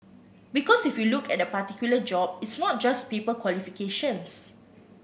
because if you look at a particular job it's not just paper qualifications